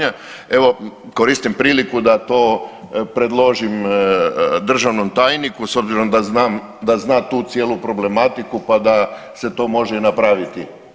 Evo koristim priliku da to predložim državnom tajniku s obzirom da zna tu cijelu problematiku pa da se to može i napraviti.